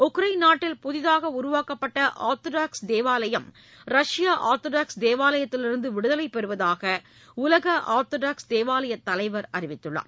Ukraine நாட்டில் புதிதாக உருவாக்கப்பட்ட ஆர்தோடாக்ஸ் தேவாலயம் ரஷ்ய ஆர்தோடாக்ஸ் தேவாலயத்திலிருந்து விடுதலை பெறுவதாக உலக ஆர்தோடாக்ஸ் தேவாலயத் தலைவர் அறிவித்துள்ளார்